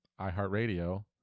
iHeartRadio